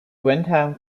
windham